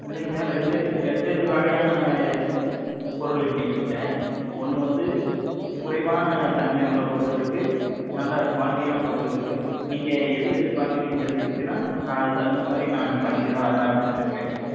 இல்லைங்க சார் ரெண்டு ரெண்டு வகையான பொருள் இருக்குது எங்கக்கிட்ட ஒன்று வந்து குறைவான தன்மை உள்ள பொருள் இருக்குது நல்ல குவாலிட்டியான பொருளும் இருக்குது நீங்கள் எது எதிர்பார்க்கறிங்கன்னு தெரிஞ்சிக்கிடுச்சின்னா நான் அதுக்கு தகுந்த மாதிரி நான் பண்ணிக்கிடுவேன் அதனால தாங்க சார் கேட்டேன்